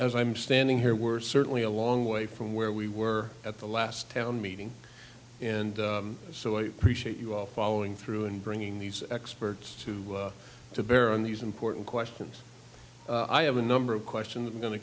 as i'm standing here we're certainly a long way from where we were at the last town meeting and so i appreciate you all following through and bringing these experts to to bear on these important questions i have a number of questions i'm going to